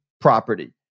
property